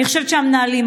אני חושבת שהמנהלים,